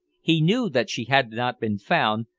he knew that she had not been found,